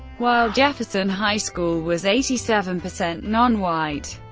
while jefferson high school was eighty seven percent non-white.